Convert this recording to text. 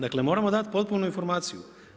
Dakle moramo dati potpunu informaciju.